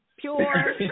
Pure